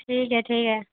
ٹھیک ہے ٹھیک ہے